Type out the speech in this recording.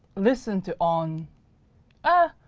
listen to on ah,